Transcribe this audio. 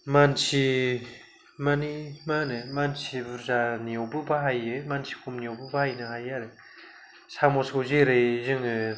मानसि माने मा होनो मानसि बुरजानियावबो बाहायो मानसि खमनियावबो बाहायनो हायो आरो सामसखौ जेरै जोङो